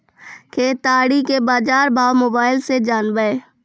केताड़ी के बाजार भाव मोबाइल से जानवे?